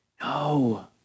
No